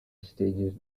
stages